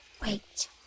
Wait